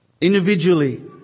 Individually